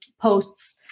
posts